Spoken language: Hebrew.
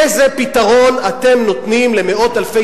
איזה פתרון אתם נותנים למאות-אלפי